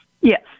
Yes